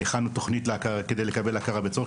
הכנו תוכנית כדי לקבל הכרה בצורך.